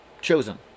chosen